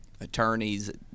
Attorneys